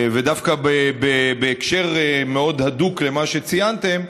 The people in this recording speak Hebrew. ודווקא בהקשר מאוד הדוק למה שציינתם,